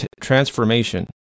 transformation